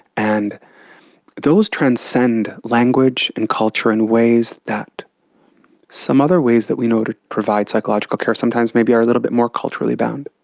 and those transcend language and culture in ways that some other ways that we know to provide psychological care sometimes maybe are a little bit more culturally bound.